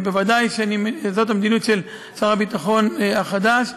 ודאי, זאת המדיניות של שר הביטחון החדש: